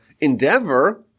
endeavor